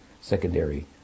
secondary